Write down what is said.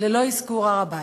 ללא אזכור הר-הבית.